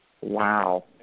Wow